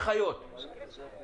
והגיעה כבר